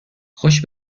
خوش